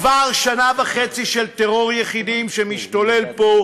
כבר שנה וחצי של טרור יחידים שמשתולל פה,